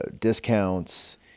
discounts